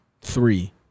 three